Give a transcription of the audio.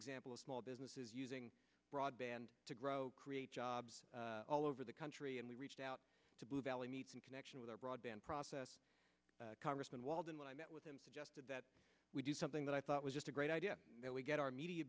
example of small businesses using broadband to grow create jobs all over the country and we reached out to blue valley meets in connection with our broadband process congressman walden when i met with him suggested that we do something that i thought was just a great idea that we get our media